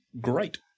great